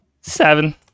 Seven